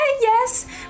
yes